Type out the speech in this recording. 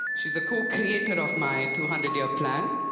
she's the co-creator of my two hundred year plan.